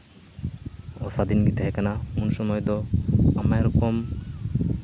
ᱚᱼᱥᱟᱫᱷᱤᱱ ᱜᱮ ᱛᱟᱦᱮᱠᱟᱱᱟ ᱩᱱ ᱥᱚᱢᱚᱭ ᱫᱚ ᱱᱟᱱᱟ ᱨᱚᱠᱚᱢ